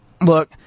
look